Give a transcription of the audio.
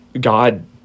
God